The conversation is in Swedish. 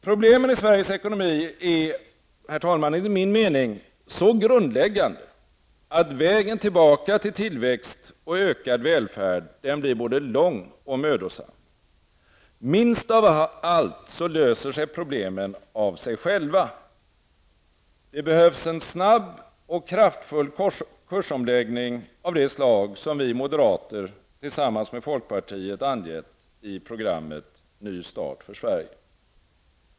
Problemen i Sveriges ekonomi är enligt min mening så grundläggande att vägen tillbaka till tillväxt och ökad välfärd blir både lång och mödosam. Minst av allt löser de sig själva. Det behövs en snabb och kraftfull kursomläggning av det slag som vi moderater tillsammans med folkpartiet angett i programmet ''Ny start för Sverige''.